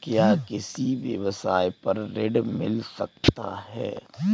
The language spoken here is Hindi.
क्या किसी व्यवसाय पर ऋण मिल सकता है?